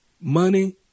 money